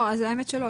למען האמת לא.